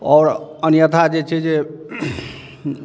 आओर अन्यथा जे छै जे